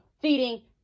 feeding